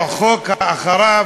או החוק שאחריו,